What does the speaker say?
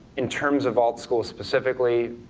in terms of altschool specifically,